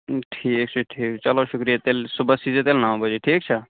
ٹھیٖک چھِ ٹھیٖک چلو شُکریہِ تیٚلہِ صُبحَس ییٖزیو تیٚلہِ نَو بَجے ٹھیٖک چھا